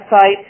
website